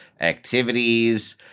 activities